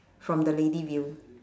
from the lady view